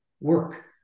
work